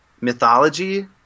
mythology